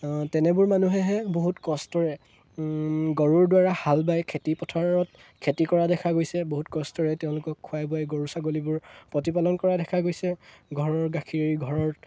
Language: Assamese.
তেনেবোৰ মানুহেহে বহুত কষ্টৰে গৰুৰদ্বাৰা হাল বাই খেতিপথাৰত খেতি কৰা দেখা গৈছে বহুত কষ্টৰে তেওঁলোকক খুৱাই বোৱাই গৰু ছাগলীবোৰ প্ৰতিপালন কৰা দেখা গৈছে ঘৰৰ গাখীৰ ঘৰত